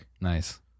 Nice